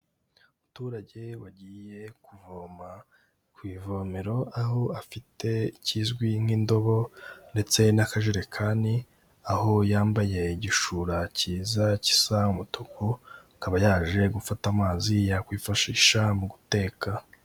Umuturage wagiye kuvoma kw,ivomero aho afite cy,izwi nkindobo ndetse na kajerekani aho yambaye igishura cy,iza gisa umutuku akaba yaje gufata amazi yakwifashisha muguteka.